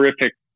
terrific